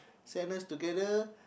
same age together